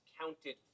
counted